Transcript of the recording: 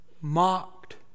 mocked